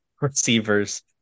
Receivers